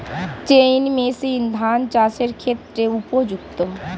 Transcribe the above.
Chain machine ধান চাষের ক্ষেত্রে উপযুক্ত?